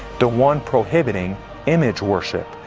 the one prohibiting image worship,